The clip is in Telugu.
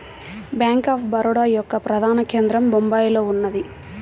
బ్యేంక్ ఆఫ్ బరోడ యొక్క ప్రధాన కేంద్రం బొంబాయిలో ఉన్నది